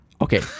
Okay